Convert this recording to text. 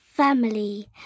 Family